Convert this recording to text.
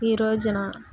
ఈరోజన